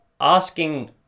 asking